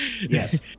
yes